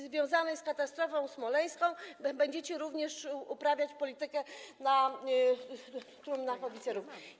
związanej z katastrofą smoleńską będziecie również uprawiać politykę na trumnach oficerów.